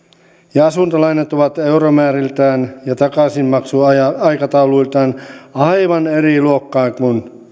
ja asuntolainat ovat euromääriltään ja takaisinmaksuaikatauluiltaan aivan eri luokkaa kuin